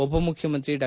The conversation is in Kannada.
ಉಪ ಮುಖ್ಯಮಂತ್ರಿ ಡಾ